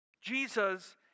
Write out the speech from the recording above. Jesus